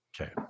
Okay